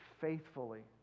faithfully